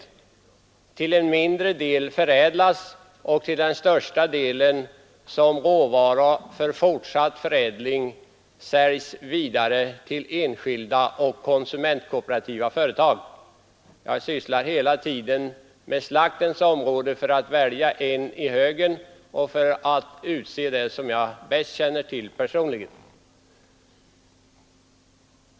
En mindre del av denna produktion förädlas, och den största delen säljs vidare som råvara för fortsatt förädling hos enskilda och konsumentkooperativa företag. Jag har nu valt att hela tiden tala om slaktens område, som är det jag personligen bäst känner till.